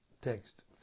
Text